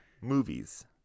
movies